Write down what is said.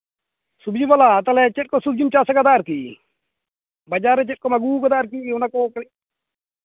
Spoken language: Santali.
ᱥᱚᱵᱽᱡᱤᱵᱟᱞᱟ ᱛᱟᱦᱞᱮ ᱪᱮᱫ ᱠᱚ ᱥᱚᱵᱽᱡᱤᱢ ᱪᱟᱥ ᱠᱟᱫᱟ ᱟᱨᱠᱤ ᱵᱟᱡᱟᱨ ᱨᱮ ᱪᱮᱫ ᱠᱚᱢ ᱟᱹᱜᱩᱣᱠᱟᱫᱟ ᱚᱱᱟ ᱠᱚ ᱠᱟᱹᱴᱤᱡ